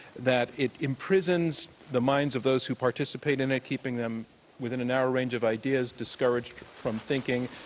that it imprisons the minds of those who participate in it, keeping them within a narrow range of ideas, discouraged from thinking,